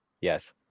Yes